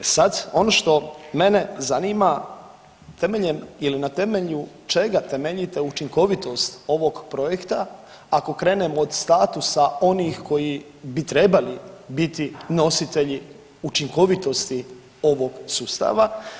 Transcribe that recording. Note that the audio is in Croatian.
E sad, ono što mene zanima temeljem ili na temelju čega temeljite učinkovitost ovog projekta ako krenemo od statusa onih koji bi trebali biti nositelji učinkovitosti ovog sustava.